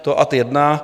To ad jedna.